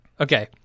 okay